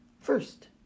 First